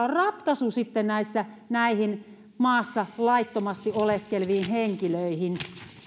on ratkaisu näihin maassa laittomasti oleskeleviin henkilöihin